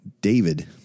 David